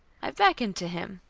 i beckoned to him.